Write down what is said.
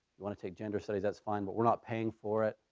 want to take gender studies, that's fine, but we're not paying for it.